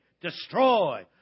destroy